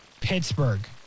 Pittsburgh